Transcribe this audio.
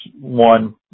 one